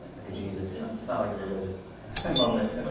like a jesus yeah but it's not like a religious moment.